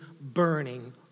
burning